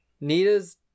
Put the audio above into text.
Nita's